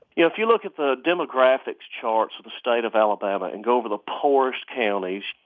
you know if you look at the demographics charts of the state of alabama and go over the poorest counties,